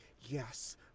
yes